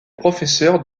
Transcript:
professeur